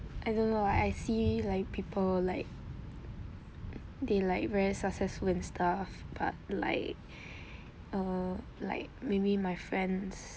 I don't know I see like people like they like very successful and stuff but like err like maybe my friends